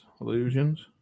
Illusions